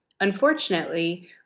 Unfortunately